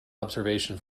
observation